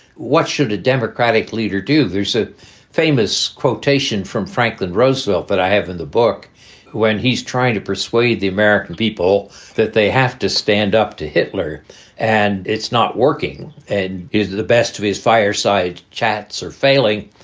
what should a democratic leader do? there's a famous quotation from franklin roosevelt that i have in the book when he's trying to persuade the american people that they have to stand up to hitler and it's not working and is the best of his fireside chats or failing.